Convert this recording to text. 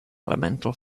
elemental